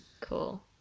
cool